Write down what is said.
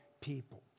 people